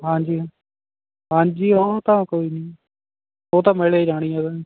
ਹਾਂਜੀ ਹਾਂਜੀ ਉਹ ਤਾਂ ਕੋਈ ਨਹੀਂ ਉਹ ਤਾਂ ਮਿਲੇ ਜਾਣੀ ਆ